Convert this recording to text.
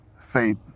fate